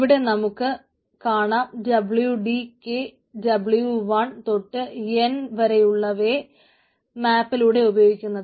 ഇവിടെ നമുക്ക് കാണാം wdk w1 തൊട്ട് എൻ വരെയുള്ളവയെ മാപ്പിലൂടെ ഉപയോഗിക്കുന്നത്